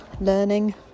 learning